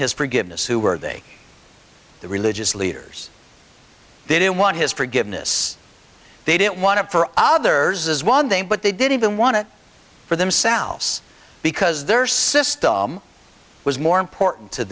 his forgiveness who were they the religious leaders didn't want his forgiveness they didn't want to for others as one day but they didn't even want to for themselves because their system was more important to